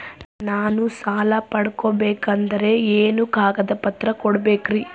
ನಾನು ಸಾಲ ಪಡಕೋಬೇಕಂದರೆ ಏನೇನು ಕಾಗದ ಪತ್ರ ಕೋಡಬೇಕ್ರಿ?